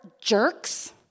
jerks